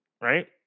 right